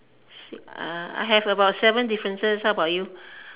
six I have about seven differences how bout you